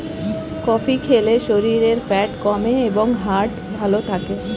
coffee খেলে শরীরের fat কমে এবং হার্ট ভালো থাকে